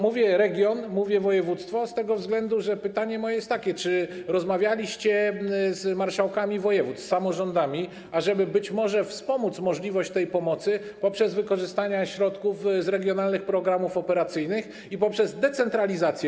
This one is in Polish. Mówię: region, mówię: województwo z tego względu, że pytanie moje jest takie: Czy rozmawialiście z marszałkami województw, z samorządami, żeby być może wspomóc tę pomoc poprzez wykorzystanie środków z regionalnych programów operacyjnych i decentralizację?